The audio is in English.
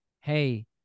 hey